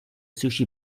sushi